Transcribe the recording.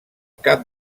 cap